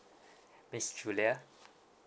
miss julia